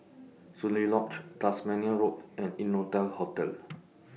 Soon Lee Lodge Tasmania Road and Innotel Hotel